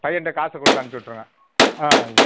பையன்கிட்ட காசை கொடுத்து அனுப்புச்சு விட்ருங்க ஆ